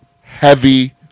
Heavy